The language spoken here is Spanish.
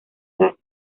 gas